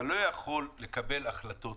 אתה לא יכול לקבל החלטות